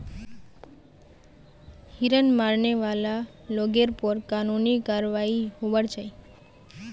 हिरन मारने वाला लोगेर पर कानूनी कारवाई होबार चाई